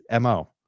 mo